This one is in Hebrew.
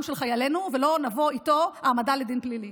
של חיילינו ולא נבוא איתו להעמדה לדין פלילי.